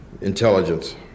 Intelligence